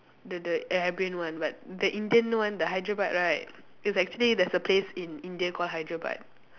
the the Arabian one but the Indian one the Hyderabad right it's actually there's a place in India call Hyderabad